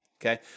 okay